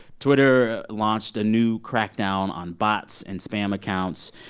twitter launched a new crackdown on bots and spam accounts.